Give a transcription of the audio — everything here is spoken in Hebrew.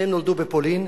שניהם נולדו בפולין,